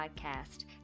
podcast